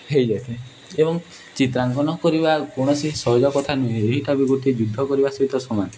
ହୋଇଯାଇଥାଏ ଏବଂ ଚିତ୍ରାଙ୍କନ କରିବା କୌଣସି ସହଜ କଥା ନୁହେଁ ଏଇଟା ବି ଗୋଟେ ଯୁଦ୍ଧ କରିବା ସହିତ ସମାନ